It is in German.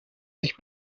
sich